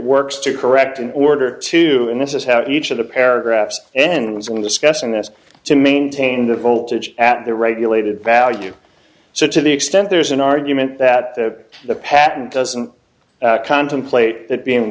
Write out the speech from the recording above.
works to correct in order to and this is how each of the paragraphs end was when discussing this to maintain the voltage at the regulated value so to the extent there's an argument that the the patent doesn't contemplate that being